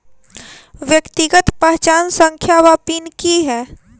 व्यक्तिगत पहचान संख्या वा पिन की है?